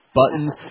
buttons